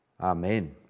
Amen